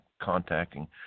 contacting